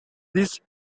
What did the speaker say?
this